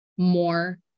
more